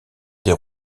des